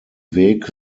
weg